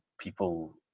people